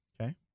okay